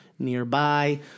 Nearby